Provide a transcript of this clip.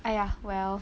!aiya! well